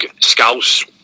scouts